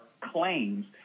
claims